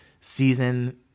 season